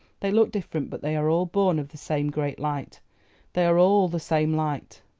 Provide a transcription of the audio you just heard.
they look different, but they are all born of the same great light they are all the same light.